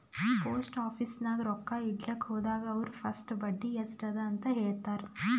post office ನಾಗ್ ರೊಕ್ಕಾ ಇಡ್ಲಕ್ ಹೋದಾಗ ಅವ್ರ ಫಸ್ಟ್ ಬಡ್ಡಿ ಎಸ್ಟ್ ಅದ ಅಂತ ಹೇಳ್ತಾರ್